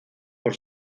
por